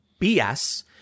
BS